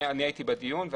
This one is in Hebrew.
אני הייתי בדיון.